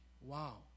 Wow